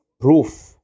proof